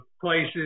places